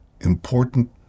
important